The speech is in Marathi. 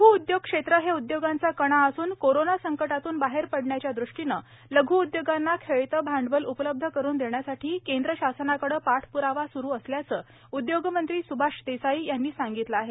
लघ् उदयोग क्षेत्र हे उदयोगांचा कणा असून कोरोना संकटातून बाहेर पडण्याच्या ृष्टीनं लघ् उदयोगांना खेळते भांडवल उपलब्ध करून देण्यासाठी केंद्र शासनाकडे पाठप्रावा सुरू असल्याचं उद्योगमंत्री सुभाष देसाई यांनी सांगितलं आहे